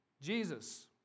Jesus